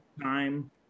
time